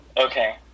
Okay